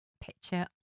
picture